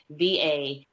VA